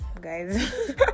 guys